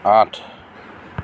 আঠ